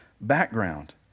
background